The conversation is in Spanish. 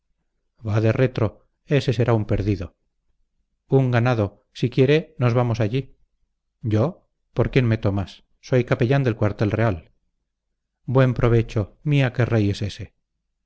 moscas vade retro ése será un perdido un ganado si quiere nos vamos allí yo por quién me tomas soy capellán del cuartel real buen provecho miá que rey ése